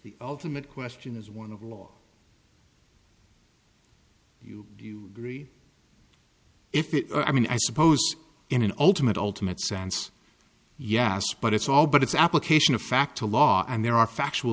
the ultimate question is one of law you do you agree if it i mean i suppose in an ultimate ultimate sense yes but it's all but it's application of fact to law and there are factual